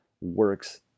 works